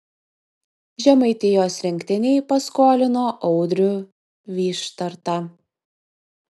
žemaitijos rinktinei paskolino audrių vyštartą